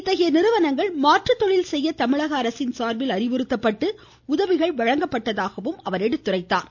இத்தகைய நிறுவனங்கள் மாற்றுத்தொழில் செய்ய தமிழக அரசின சார்பில் அறிவுறுத்தப்பட்டு உதவிகள் வழங்கப்பட்டதாகவும் எடுத்துரைத்தார்